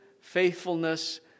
faithfulness